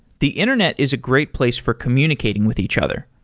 the internet is a great place for communicating with each other.